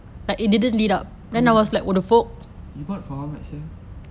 kau beli you bought for how much sia